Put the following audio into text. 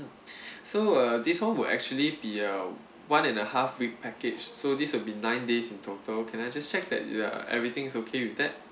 so uh this one will actually be a one and a half week package so this will be nine days in total can I just check that ya everything is okay with that